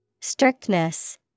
Strictness